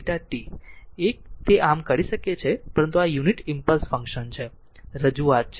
1 તે આમ કરી શકે છે પરંતુ આ યુનિટ ઈમ્પલસ ફંક્શન છે રજૂઆત છે